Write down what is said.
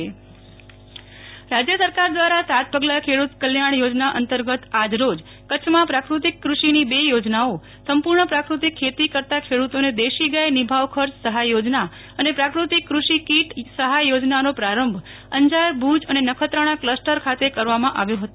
નેહલ ઠક્કર પગલા ખેડૂત કલ્યાણના બાઈટ રાજય સરકાર દ્વારા સાત પગલાં ખેડૂત કલ્યાણના યોજના અંતર્ગત આજરોજ કચ્છમાં પ્રાકૃતિક કૃષિની બે યોજનાઓ સંપૂર્ણ પ્રાકૃતિક ખેતી કરતા ખેડૂતોને દેશી ગાય નિભાવ ખર્ચ સહાય યોજના અને પ્રાકૃતિક કૃષિકિટ સહાય યોજનાનો પ્રારંભ અંજાર ભુજ અને નેખત્રાણા કલસ્ટર ખાતે કરવામાં આવ્યો હતો